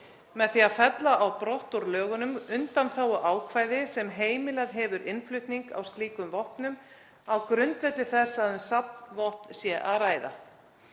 með því að fella á brott úr lögunum undanþáguákvæði sem heimilað hefur innflutning á slíkum vopnum á grundvelli þess að um safnvopn sé að ræða.